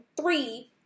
three